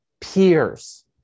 peers